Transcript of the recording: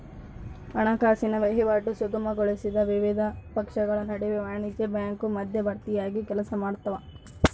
ಹಣಕಾಸಿನ ವಹಿವಾಟು ಸುಗಮಗೊಳಿಸಲು ವಿವಿಧ ಪಕ್ಷಗಳ ನಡುವೆ ವಾಣಿಜ್ಯ ಬ್ಯಾಂಕು ಮಧ್ಯವರ್ತಿಯಾಗಿ ಕೆಲಸಮಾಡ್ತವ